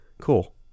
Cool